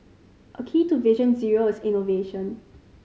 a key to Vision Zero is innovation